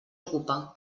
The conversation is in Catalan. ocupa